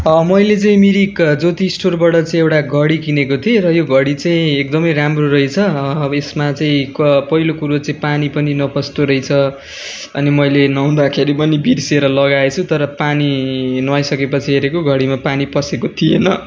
मैले चाहिँ मिरिक ज्योति स्टोरबाट चाहिँ एउटा घडी किनेको थिएँ र यो घडी चाहिँ एकदमै राम्रो रहेछ अब यसमा चाहिँ क पहिलो कुरो चाहिँ पानी पनि नपस्दो रहेछ अनि मैल नुहाउँदाखेरि पनि बिर्सेर लगाएछु तर पानी नुहाइसक्यो पछि हेरेको घडीमा पानी पसेको थिएन